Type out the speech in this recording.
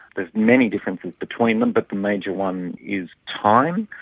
there's many differences between them, but the major one is time.